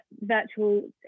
virtual